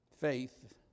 Faith